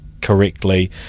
correctly